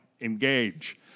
engage